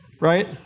right